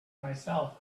myself